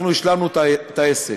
אנחנו השלמנו את העסק.